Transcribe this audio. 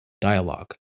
dialogue